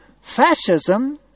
Fascism